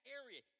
area